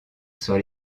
sur